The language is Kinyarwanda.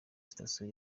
sitasiyo